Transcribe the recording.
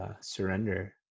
surrender